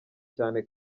cyane